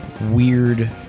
weird